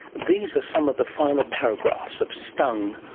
these are some of the final paragraphs of stung!